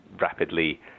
rapidly